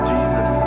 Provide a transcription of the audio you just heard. Jesus